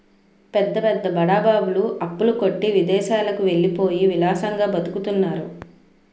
పెద్ద పెద్ద బడా బాబులు అప్పుల కొట్టి విదేశాలకు వెళ్ళిపోయి విలాసంగా బతుకుతున్నారు